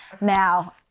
Now